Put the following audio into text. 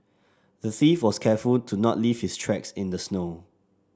the thief was careful to not leave his tracks in the snow